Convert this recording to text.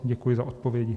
Děkuji za odpovědi.